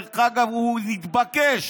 דרך אגב, הוא התבקש.